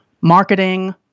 marketing